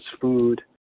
food